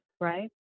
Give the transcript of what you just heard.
right